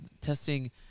testing